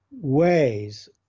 ways